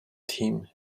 team